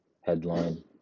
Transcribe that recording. headline